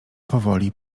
powoli